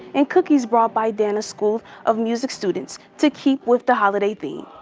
and cookies brought by dana school of music students to keep with the holiday theme.